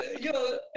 Yo